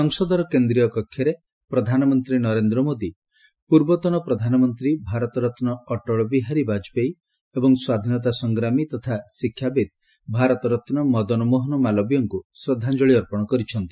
ସଂସଦର କେନ୍ଦ୍ରୀୟ କକ୍ଷରେ ପ୍ରଧାନମନ୍ତ୍ରୀ ନରେନ୍ଦ୍ର ମୋଦୀ ପୂର୍ବତନ ପ୍ରଧାନମନ୍ତ୍ରୀ ଭାରତରତ୍ନ ଅଟଳବିହାରୀ ବାଜପେୟୀ ଏବଂ ସ୍ୱାଧୀନତା ସଂଗ୍ରାମୀ ତଥା ଶିକ୍ଷାବିତ୍ ଭାରତରତ୍ ମଦନମୋହନ ମାଲବୀୟଙ୍କୁ ଶ୍ରଦ୍ଧାଞ୍ଜଳି ଅର୍ପଣ କରିଛନ୍ତି